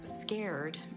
scared